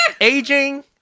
aging